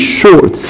short